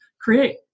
create